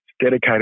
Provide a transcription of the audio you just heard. dedicated